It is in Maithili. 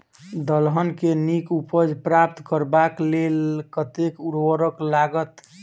दलहन केँ नीक उपज प्राप्त करबाक लेल कतेक उर्वरक लागत?